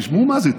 תשמעו מה זה,